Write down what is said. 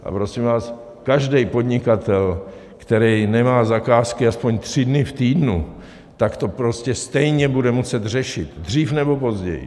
A prosím vás, každý podnikatel, který nemá zakázky aspoň tři dny v týdnu, tak to prostě stejně bude muset řešit, dřív nebo později.